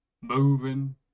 moving